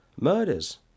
murders